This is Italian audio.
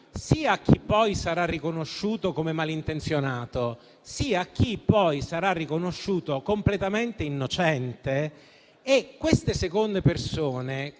sia per chi sarà poi riconosciuto come malintenzionato, sia per chi sarà poi riconosciuto completamente innocente. Queste seconde persone